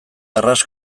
arras